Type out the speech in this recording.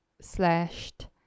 slashed